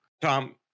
tom